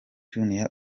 junior